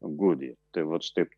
gudija tai vat taip